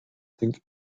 think